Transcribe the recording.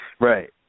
Right